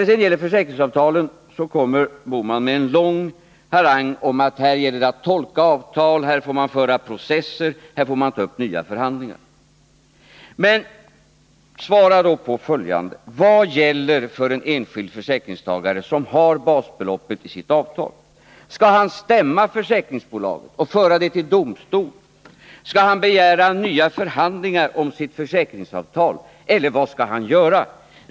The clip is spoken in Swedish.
I fråga om försäkringsavtalen kom Gösta Bohman med en lång harang om att det gäller att tolka avtal, föra processer och ta upp nya förhandlingar. Men svara då på följande frågor. Vad gäller för en enskild försäkringstagare som har basbeloppet i sitt avtal? Skall han stämma försäkringsbolaget och föra det till domstol? Skall han begära nya förhandlingar om sitt försäkringsavtal eller vad skall han göra?